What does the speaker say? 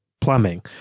plumbing